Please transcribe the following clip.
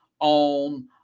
on –